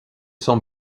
son